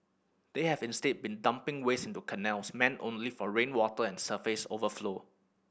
they have instead been dumping waste into canals meant only for rainwater and surface overflow